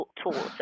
tool